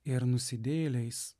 ir nusidėjėliais